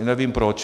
Nevím proč.